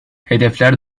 hedefler